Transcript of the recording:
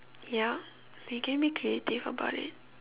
ya you can be creative about it